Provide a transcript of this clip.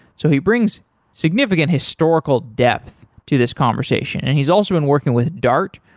so he brings significant historical depth to this conversation, and he's also been working with dart.